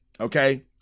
Okay